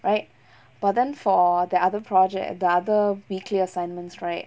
right but then for the other project the other weekly assignments right